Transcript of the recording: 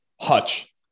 Hutch